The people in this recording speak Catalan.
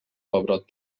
pebrot